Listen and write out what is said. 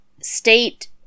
state